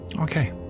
Okay